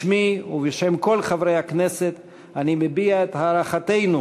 בשמי ובשם חברי הכנסת אני מביע את הערכתנו